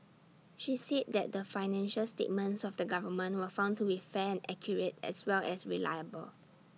she said that the financial statements of the government were found to be fair and accurate as well as reliable